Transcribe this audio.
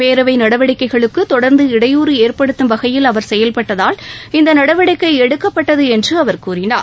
பேரவை நடவடிக்கைகளுக்கு தொடர்ந்து இடையூறு ஏற்படுத்தும் வகையில் அவர் செயல்பட்டதால் இந்த நடவடிக்கை எடுக்கப்பட்து என்று அவர் கூறினார்